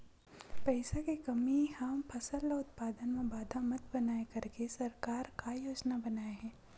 पईसा के कमी हा फसल उत्पादन मा बाधा मत बनाए करके सरकार का योजना बनाए हे?